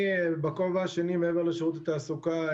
בכובע השני מעבר לשירות התעסוקה,